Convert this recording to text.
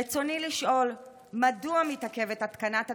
רצוני לשאול: 1. מדוע מתעכבת התקנת התקנות,